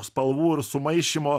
spalvų ir sumaišymo